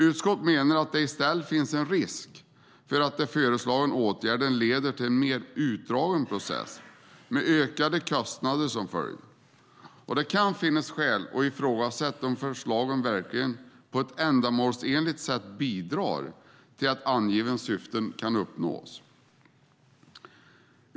Utskottet menar att det i stället finns en risk för att den föreslagna åtgärden leder till mer utdragna processer med ökade kostnader som följd. Det kan finnas skäl att ifrågasätta om förslagen verkligen på ett ändamålsenligt sätt bidrar till att de angivna syftena kan uppnås.